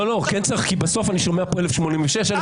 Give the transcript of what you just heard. כן צריך, כי בסוף אני שומע פה 1,086 ו-1,800.